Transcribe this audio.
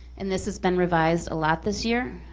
and this has been revised a lot this year.